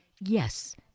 Yes